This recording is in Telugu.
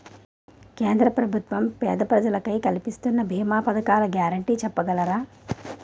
కేంద్ర ప్రభుత్వం పేద ప్రజలకై కలిపిస్తున్న భీమా పథకాల గ్యారంటీ చెప్పగలరా?